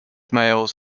males